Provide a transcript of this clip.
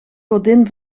godin